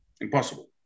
impossible